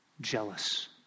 jealous